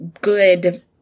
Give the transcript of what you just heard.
good